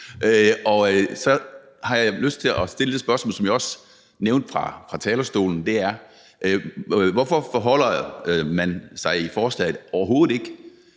og så har jeg lyst til at stille det spørgsmål, som jeg også nævnte fra talerstolen: Hvorfor forholder man sig i forslaget overhovedet ikke